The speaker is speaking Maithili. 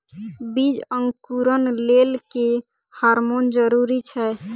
बीज अंकुरण लेल केँ हार्मोन जरूरी छै?